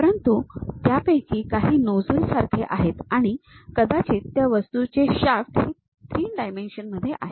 परंतु त्यापैकी काही नोझल सारखे आहेत आणि कदाचित त्या वस्तूचे शाफ्ट हे 3 डायमेन्शन मध्ये आहेत